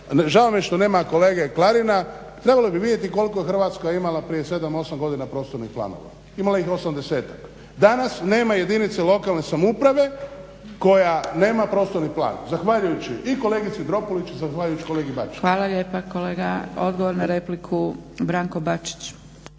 Žao mi je što nema kolege Klarina, trebalo bi vidjeti koliko je Hrvatska imala prije 7-8 godina prostornih planova. Imala ih je 80-tak. Danas nema jedinice lokalne samouprave koja nema prostorni plan, zahvaljujući i kolegici Dropulić i zahvaljujući kolegi Bačiću. **Zgrebec, Dragica (SDP)** Hvala lijepa kolega. Odgovor na repliku, Branko Bačić.